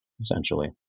essentially